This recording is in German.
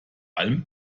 allem